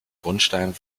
grundstein